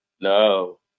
No